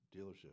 dealership